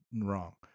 Wrong